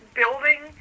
building